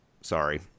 sorry